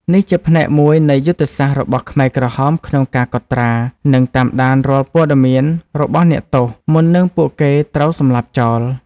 នេះជាផ្នែកមួយនៃយុទ្ធសាស្ត្ររបស់ខ្មែរក្រហមក្នុងការកត់ត្រា និងតាមដានរាល់ព័ត៌មានរបស់អ្នកទោស មុននឹងពួកគេត្រូវសម្លាប់ចោល។